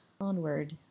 onward